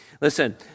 Listen